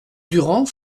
durand